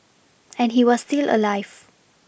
and he was still alive